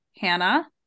Hannah